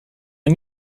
hun